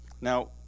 Now